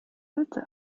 alte